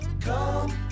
Come